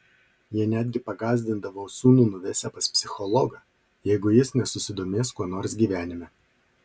jie netgi pagąsdindavo sūnų nuvesią pas psichologą jeigu jis nesusidomės kuo nors gyvenime